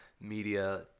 media